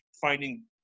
finding